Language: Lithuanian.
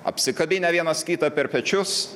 apsikabinę vienas kitą per pečius